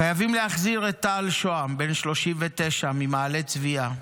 חייבים להחזיר את טל שהם, בן 39 ממעלה צביה,